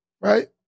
right